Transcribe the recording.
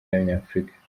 y’abanyafurika